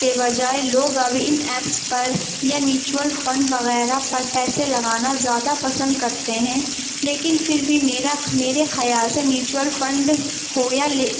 کے بجائے لوگ اب ان ایپس پر یہ میوچل فنڈ وغیرہ پر پیسے لگانا زیادہ پسند کرتے ہیں لیکن پھر بھی میرا میرے خیال سے میوچل فنڈ ہو یا لے